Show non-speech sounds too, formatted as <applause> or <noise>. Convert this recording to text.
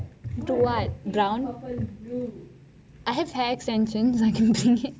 to what brown I have hair extensions I can bring it <laughs>